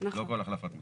לא כל החלפת מתקן.